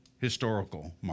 historical